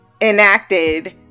enacted